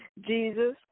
Jesus